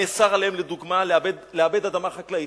נאסר עליהם, לדוגמה, לעבד אדמה חקלאית.